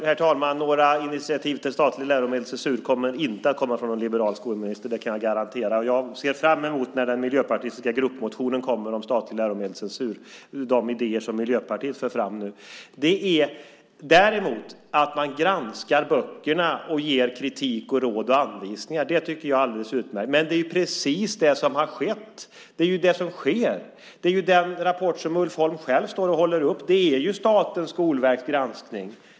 Herr talman! Några initiativ till statlig läromedelscensur kommer inte att komma från en liberal skolminister. Det kan jag garantera. Jag ser fram emot när den miljöpartistiska gruppmotionen kommer om en statlig läromedelscensur ur de idéer som Miljöpartiet för fram nu. Att man däremot granskar böckerna och ger kritik, råd och anvisningar tycker jag är alldeles utmärkt. Det är precis det som har skett och det som sker. Det är den rapport som Ulf Holm själv står och håller upp. Det är Statens skolverks granskning.